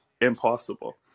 impossible